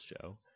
show